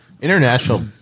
international